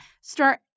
start